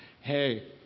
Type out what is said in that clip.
hey